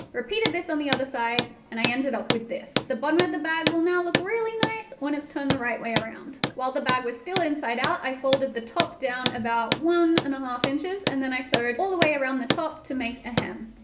repeated this on the other side, and i ended up with this. the bottom of the bag will now look really nice when it's turned the right way around. while the bag was still inside out, i folded the top down about one and a half inches, and then i sewed all the way around the top, to make a hem.